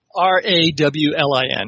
R-A-W-L-I-N